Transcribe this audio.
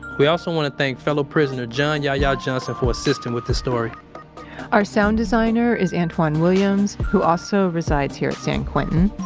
we also want to thank fellow prisoner john ya ya johnson for assisting with this story our sound designer is antwan williams, who also resides here at san quentin.